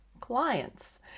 clients